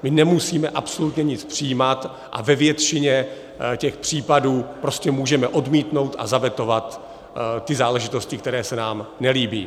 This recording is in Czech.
My nemusíme absolutně nic přijímat a ve většině těch případů prostě můžeme odmítnout a zavetovat ty záležitosti, které se nám nelíbí.